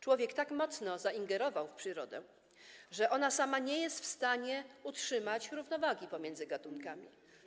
Człowiek tak mocno zaingerował w przyrodę, że ona sama nie jest w stanie utrzymać równowagi pomiędzy gatunkami.